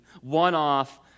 one-off